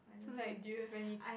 like do you have any